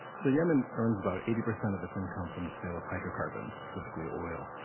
so yemen earns about eighty percent of its income from the sale of hydrocarbons, specifically oil.